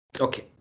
Okay